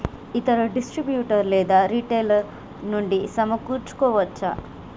ఇతర డిస్ట్రిబ్యూటర్ లేదా రిటైలర్ నుండి సమకూర్చుకోవచ్చా?